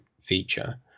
feature